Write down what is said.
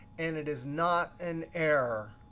and it is not an error.